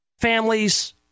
families